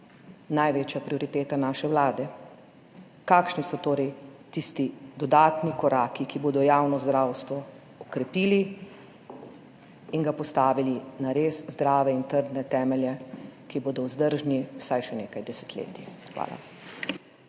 največja prioriteta naše vlade. Kakšni so torej tisti dodatni koraki, ki bodo javno zdravstvo okrepili in ga postavili na res zdrave in trdne temelje, ki bodo vzdržni vsaj še nekaj desetletij? Hvala.